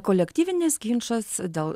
kolektyvinis ginčas dėl